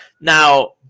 Now